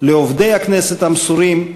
לעובדי הכנסת המסורים,